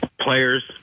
players